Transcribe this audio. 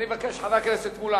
לחבר הכנסת מוזס.